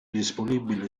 disponibile